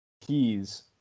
keys